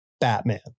Batman